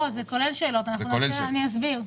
זה כולל שאלות, אני אסביר.